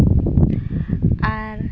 ᱟᱨ